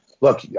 look